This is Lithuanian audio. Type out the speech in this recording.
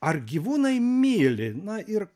ar gyvūnai myli na ir